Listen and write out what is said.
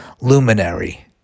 Luminary